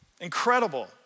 Incredible